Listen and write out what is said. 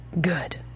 Good